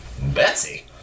Betsy